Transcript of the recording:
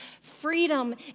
freedom